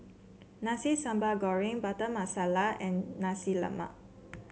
Nasi Sambal Goreng Butter Masala and Nasi Lemak